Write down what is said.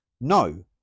No